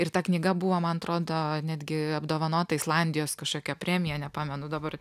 ir ta knyga buvo man atrodo netgi apdovanota islandijos kažkokia premija nepamenu dabar